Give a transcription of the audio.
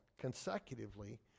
consecutively